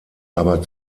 aber